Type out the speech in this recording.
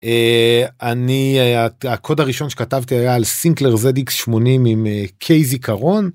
אני את הקוד הראשון שכתבתי על סינקלר זדיק 80 עם קייזיק ארון.